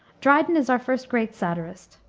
dryden is our first great satirist.